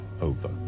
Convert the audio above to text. over